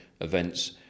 events